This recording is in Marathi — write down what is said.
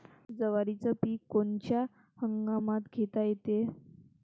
जवारीचं पीक कोनच्या हंगामात घेता येते?